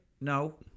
no